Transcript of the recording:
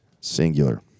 Singular